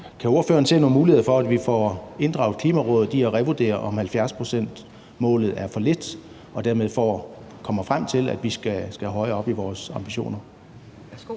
Kan ordføreren se nogle muligheder for, at vi får inddraget Klimarådet i at revurdere, om 70-procentsmålet er for lavt, så vi dermed kommer frem til, at vi skal højere op med vores ambitioner?